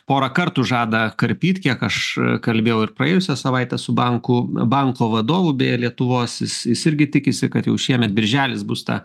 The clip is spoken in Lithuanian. porą kartų žada karpyt kiek aš kalbėjau ir praėjusią savaitę su bankų banko vadovu beje lietuvos jis jis irgi tikisi kad jau šiemet birželis bus ta